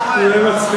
אתה לא ראוי לנהל ישיבה.